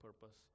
purpose